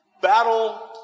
battle